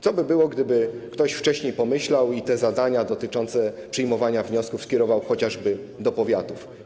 Co by było, gdyby ktoś wcześniej pomyślał i zadania dotyczące przyjmowania wniosków skierował chociażby do powiatów?